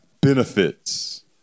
benefits